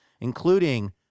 including